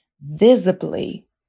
visibly